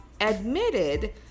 admitted